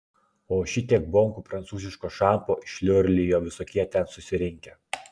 o šitiek bonkų prancūziško šampo išliurlijo visokie ten susirinkę